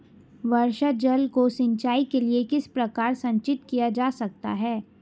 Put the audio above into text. वर्षा जल को सिंचाई के लिए किस प्रकार संचित किया जा सकता है?